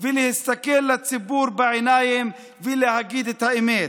ולהסתכל לציבור בעיניים ולהגיד את האמת,